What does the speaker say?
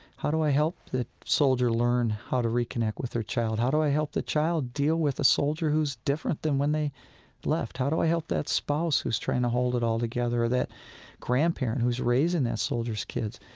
how do i help the soldier learn how to reconnect with their child? how do i help the child deal with a soldier who's different than when they left? how do i help that spouse who's trying to hold it all together or that grandparent who's raising that soldier's kids?